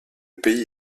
pays